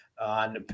on